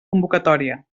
convocatòria